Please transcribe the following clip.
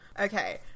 Okay